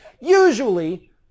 Usually